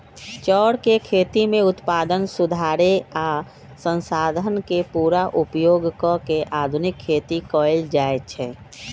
चौर के खेती में उत्पादन सुधारे आ संसाधन के पुरा उपयोग क के आधुनिक खेती कएल जाए छै